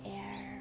air